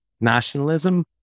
nationalism